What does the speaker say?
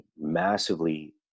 massively